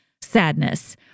sadness